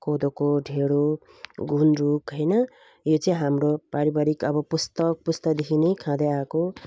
कोदोको ढिँडो गुन्द्रुक हैन यो चाहिँ हाम्रो पारिवारिक अब पुस्तौँ पुस्तादेखि नै खाँदैआएको